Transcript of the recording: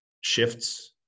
shifts